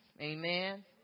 Amen